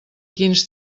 quins